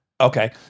Okay